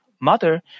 Mother